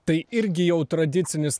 tai irgi jau tradicinis